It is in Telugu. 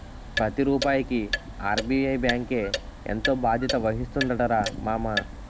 ప్రతి రూపాయికి ఆర్.బి.ఐ బాంకే ఎంతో బాధ్యత వహిస్తుందటరా మామా